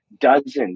dozens